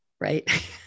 right